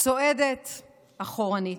צועדת אחורנית.